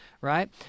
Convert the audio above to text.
right